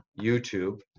YouTube